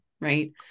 Right